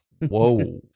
Whoa